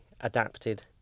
adapted